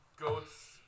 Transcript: goats